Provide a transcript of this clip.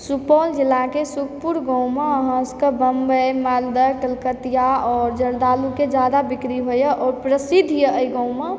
सुपौल जिलाके सुप्पुर गाँवमऽ अहाँसबके बम्बइ मालदह कलकतिया और जर्दालुके जादा बिक्री होइए और प्रसिद्ध य अइ गाँवमऽ